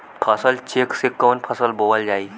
फसल चेकं से कवन फसल बोवल जाई?